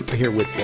here with, ah,